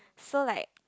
so like